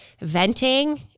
Venting